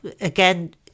again